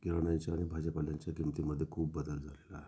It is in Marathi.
किराण्यांच्या आणि भाज्यापाल्याच्या किंमतीमध्ये खूप बदल दिसला